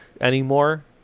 anymore